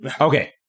Okay